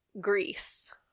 Greece